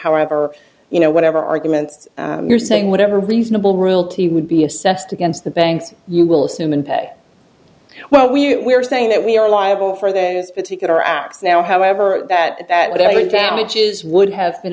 however you know whatever arguments you're saying whatever reasonable realty would be assessed against the banks you will assume and pay well we're saying that we are liable for that particular act now however that that would damages would have been